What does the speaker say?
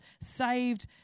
Saved